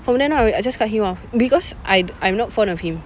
from then on I just cut him of because I I'm not fond of him